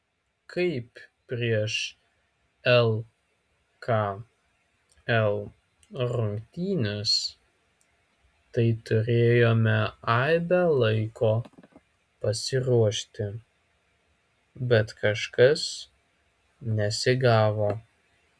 kaip prieš lkl rungtynes tai turėjome aibę laiko pasiruošti bet kažkas nesigavo